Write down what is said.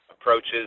approaches